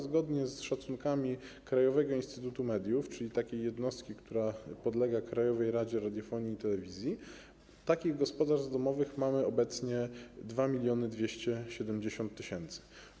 Zgodnie z szacunkami Krajowego Instytutu Mediów, czyli jednostki, która podlega Krajowej Radzie Radiofonii i Telewizji, takich gospodarstw domowych jest obecnie 2270 tys.